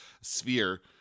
sphere